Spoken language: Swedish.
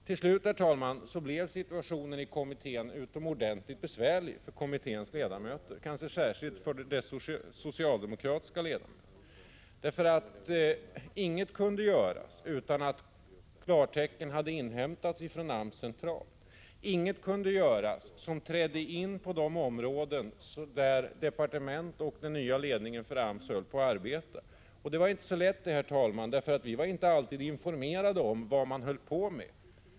Till slut blev situationen rätt besvärlig för kommitténs ledamöter, kanske särskilt för dess socialdemokratiska ledamöter. Ingenting kunde göras utan att klartecken hade inhämtats från AMS centralt. Ingenting kunde göras som gick in på de områden där departement och den nya ledningen för AMS arbetade. Vi i kommittén hade inte något lätt arbete, eftersom vi inte alltid var informerade om vad man höll på med.